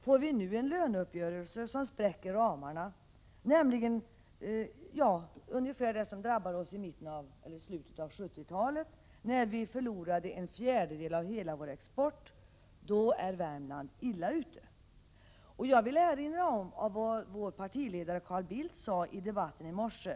Får vi nu en löneuppgörelse som spräcker ramarna, ungefär liknande de som drabbade oss i slutet av 1970-talet när vi förlorade en fjärdedel av hela vår export, är Värmland illa ute. Jag vill erinra om vad vår partiledare Carl Bildt sade i debatten i morse.